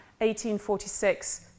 1846